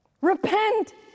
repent